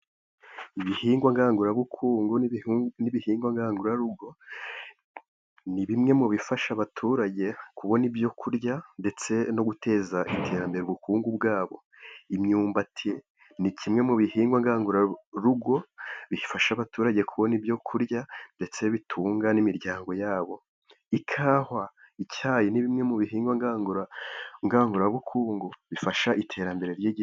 Ibihingwa ngandubukungu n'ibihingwa ngandurarugo ni bimwe mu bifasha abaturage kubona ibyo kurya, ndetse no guteza iterambere ubukungu bwabo, imyumbati ni kimwe mu bihingwa ngandurarugo bifasha abaturage kubona ibyo kurya, ndetse bitunga n'imiryango yabo. Ikawa, icyayi ni bimwe mu bihingwa ngandurabukungu bifasha iterambere ry'igihugu.